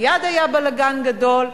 מייד היה בלגן גדול.